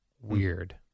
Weird